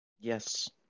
Yes